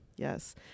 Yes